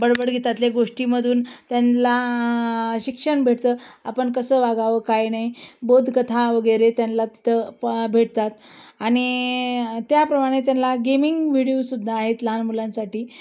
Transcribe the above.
बडबडगीतातल्या गोष्टीमधून त्यांला शिक्षण भेटतं आपण कसं वागावं काय नाही बोधकथा वगैरे त्यांला तिथंपण भेटतात आणि त्याप्रमाणे त्यांला गेमिंग व्हिडिओसुद्धा आहेत लहान मुलांसाठी